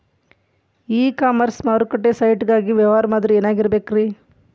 E commerce ಮಾರುಕಟ್ಟೆ site ಗಾಗಿ ವ್ಯವಹಾರ ಮಾದರಿ ಏನಾಗಿರಬೇಕ್ರಿ?